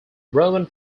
roman